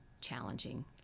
challenging